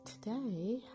today